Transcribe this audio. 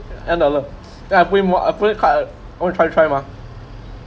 ten dollar then I put in more I put in quite uh I want to try try mah